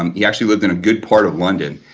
um he actually lived in a good part of london,